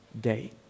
day